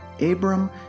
Abram